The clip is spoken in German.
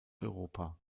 europa